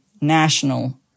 National